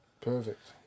Perfect